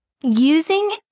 using